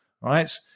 right